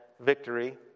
victory